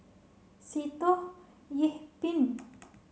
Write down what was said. Sitoh Yih Pin